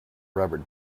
rubber